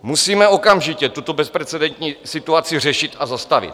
Musíme okamžitě tuto bezprecedentní situaci řešit a zastavit.